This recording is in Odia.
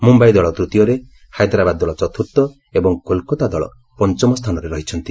ମୁମ୍ବାଇ ଦଳ ତୂତୀୟରେ ହାଇଦ୍ରାବାଦ୍ ଦଳ ଚତୁର୍ଥ ଏବଂ କୋଲକାତା ଦଳ ପଞ୍ଚମ ସ୍ଥାନରେ ରହିଛନ୍ତି